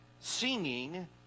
singing